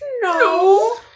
No